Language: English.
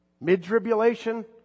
mid-tribulation